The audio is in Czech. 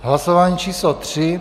Hlasování číslo 3.